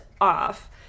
off